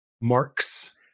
marks